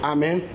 Amen